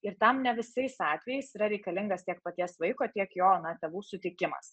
ir tam ne visais atvejais yra reikalingas tiek paties vaiko tiek jo tėvų sutikimas